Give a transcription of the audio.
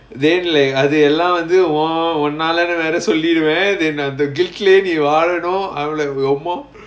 then like அது எல்லா வந்து:athu ellaa vanthu oo ஒன்னாலன்னு வேற சொல்லிருவே:onnalaanu vera solliruvae then அந்த:antha glit